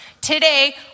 today